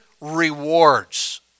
rewards